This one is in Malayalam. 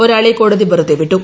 ഒരാളെ കോടതി വെറുതെ വിട്ടു